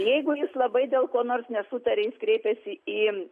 jeigu jis labai dėl ko nors nesutaria jis kreipiasi į